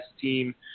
team